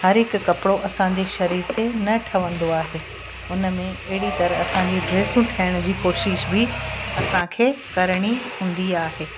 हर हिकु कपिड़ो असांजे शरीर ते न ठहंदो आहे उन में अहिड़ी तरह असांजी ड्रेसूं ठाहिण जी कोशिश बि असांखे करणी हूंदी आहे